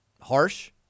harsh